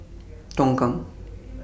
Tongkang